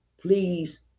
please